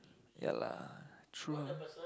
ya lah true